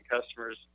customers